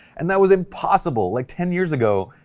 and that was impossible like ten years ago.